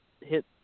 hit